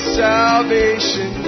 salvation